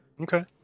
Okay